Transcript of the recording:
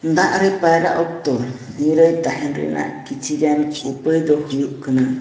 ᱫᱟᱜᱨᱮ ᱯᱟᱭᱨᱟᱜ ᱚᱠᱛᱚ ᱱᱤᱨᱟᱹᱭ ᱛᱟᱦᱮᱱ ᱨᱮᱱᱟᱜ ᱠᱤᱪᱷᱩ ᱜᱟᱱ ᱩᱯᱟᱹᱭᱫᱚ ᱦᱩᱭᱩᱜ ᱠᱟᱱᱟ